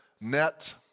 net